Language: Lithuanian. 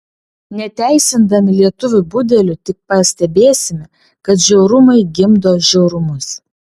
neteisindami lietuvių budelių tik pastebėsime kad žiaurumai gimdo žiaurumus